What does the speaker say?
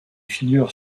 figure